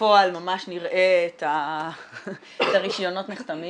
שבפועל ממש נראה את הרישיונות נחתמים?